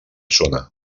zona